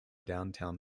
downtown